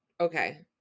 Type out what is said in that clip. okay